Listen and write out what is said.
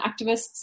activists